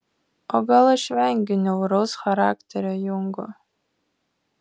o gal aš vengiu niauraus charakterio jungo